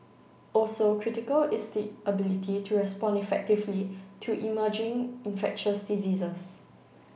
also critical is the ability to respond effectively to emerging infectious diseases